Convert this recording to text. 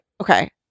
Okay